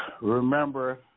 Remember